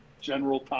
general